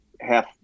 half